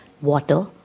water